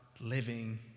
living